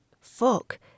fuck